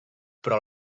però